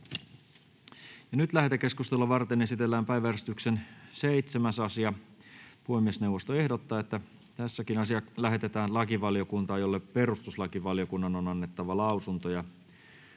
Lähetekeskustelua varten esitellään päiväjärjestyksen 7. asia. Puhemiesneuvosto ehdottaa, että asia lähetetään lakivaliokuntaan, jolle perustuslakivaliokunnan on annettava lausunto.